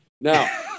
Now